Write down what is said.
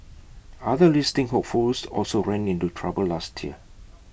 other listing hopefuls also ran into trouble last year